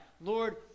Lord